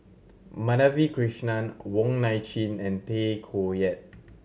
Madhavi Krishnan Wong Nai Chin and Tay Koh Yat